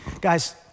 Guys